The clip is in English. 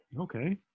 Okay